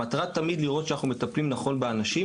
המטרה היא תמיד לראות שאנחנו מטפלים נכון באנשים,